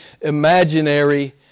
imaginary